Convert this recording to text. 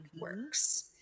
works